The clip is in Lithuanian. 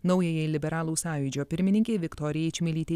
naujajai liberalų sąjūdžio pirmininkei viktorijai čmilytei